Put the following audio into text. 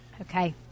Okay